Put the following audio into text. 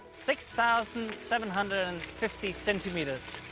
six thousand seven hundred and fifty centimeters.